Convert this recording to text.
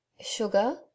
Sugar